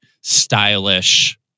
stylish